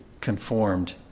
conformed